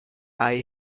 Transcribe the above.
eye